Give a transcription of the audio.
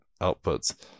outputs